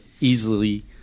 easily